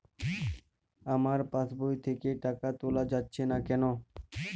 আমার পাসবই থেকে টাকা তোলা যাচ্ছে না কেনো?